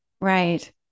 Right